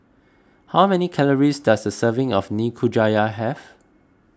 how many calories does a serving of Nikujaga have